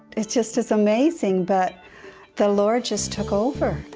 it just is amazing, but the lord just took over.